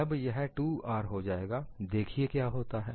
जब यह 2R हो जाएगा देखिए क्या होता है